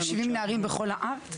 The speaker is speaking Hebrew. יש 70 נערים בכל הארץ?